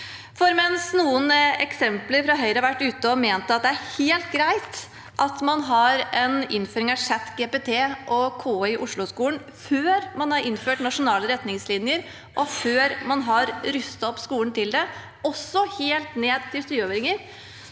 For mens noen fra Høyre har vært ute og ment at det er helt greit at man innfører ChatGPT og KI i Osloskolen før man har innført nasjonale retningslinjer, og før man har rustet opp skolen til det, også helt ned til syvåringer,